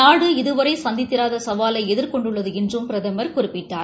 நாடு இதுவனர சந்தித்திராத சவாலை எதிர்கொண்டுள்ளது என்றும் பிரதமர் குறிப்பிட்டார்